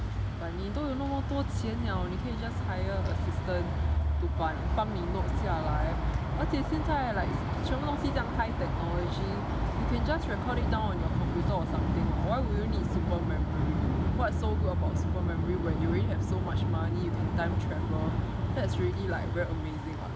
but 你都有那么多钱 liao 你可以 just hire assistant to 帮你 note 下来而且现在 like 全部东西这样 high technology you can just record it down on your computer or something [what] why would you need super memory what's so good about super memory when you already have so much money you can time travel that's already like very amazing [what]